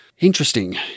Interesting